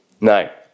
No